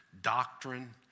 doctrine